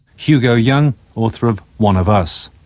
hugo young, author of one of us.